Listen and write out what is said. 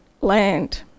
land